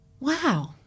Wow